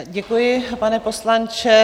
Děkuji, pane poslanče.